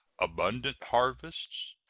abundant harvests,